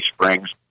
Springs